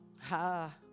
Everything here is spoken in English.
Ha